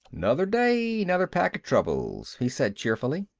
another day, another pack of troubles, he said cheerfully.